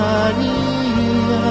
Maria